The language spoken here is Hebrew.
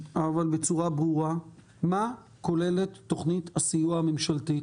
אבל בצורה ברורה, מה כוללת תוכנית הסיוע הממשלתית?